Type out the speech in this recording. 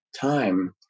time